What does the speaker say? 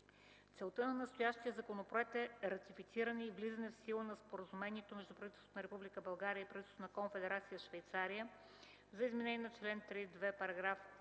Целта на настоящия законопроект е ратифициране и влизане в сила на Споразумението между правителството на Република България и правителството на Конфедерация Швейцария за изменение на чл. 3.2, параграф